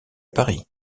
paris